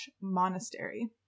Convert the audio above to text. Monastery